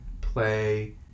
play